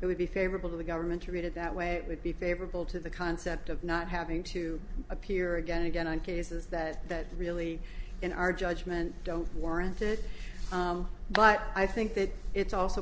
it would be favorable to the government to read it that way it would be favorable to the concept of not having to appear again again on cases that that really in our judgment don't warrant it but i think that it's also